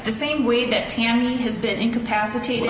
the same way that family has been incapacitated